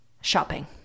shopping